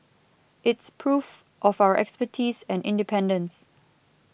it's proof of our expertise and independence